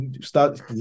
start